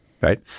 right